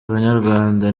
banyarwanda